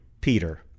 Peter